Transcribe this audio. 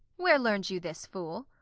where learn'd you this, fool?